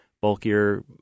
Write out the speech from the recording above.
bulkier